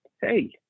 hey